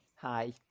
Hi